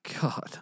God